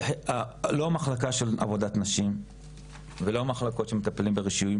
לא המחלקה של עבודת נשים ולא המחלקות שמתעסקת ברישויים,